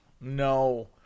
no